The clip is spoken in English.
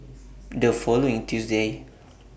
The following Tuesday